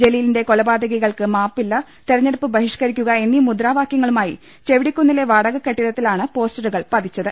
അലീലിന്റെ കൊലപാതകികൾക്ക് മാപ്പില്ല തെരഞ്ഞെടുപ്പ് ബഹിഷ്ക്കരി ക്കുക എന്നീ മുദ്രാവാക്യങ്ങളുമായി ചെവിടിക്കുന്നിലെ വാട ക്കെട്ടിടത്തിലാണ് പോസ്റ്ററുകൾ പതിച്ചത്